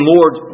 Lord